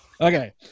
okay